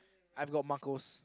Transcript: I've got Marcos